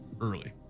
early